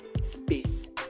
space